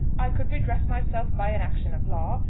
i could redress myself by an action of law,